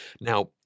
Now